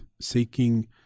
Seeking